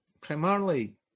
primarily